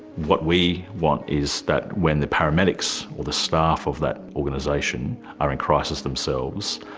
what we want is that when the paramedics or the staff of that organisation are in crisis themselves,